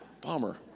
Bummer